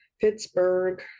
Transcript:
pittsburgh